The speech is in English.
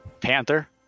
panther